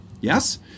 Yes